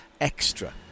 extra